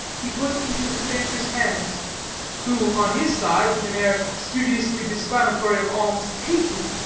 he put into the stranger's hands who, on his side, with an air studiously disclamatory of alms-taking,